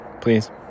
please